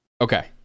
Okay